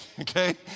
okay